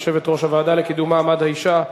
יושבת-ראש הוועדה לקידום מעמד האשה,